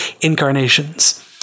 incarnations